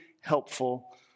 helpful